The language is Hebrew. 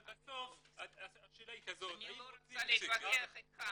אבל בסוף השאלה היא כזאת --- אני לא רוצה להתווכח איתך.